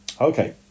Okay